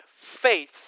faith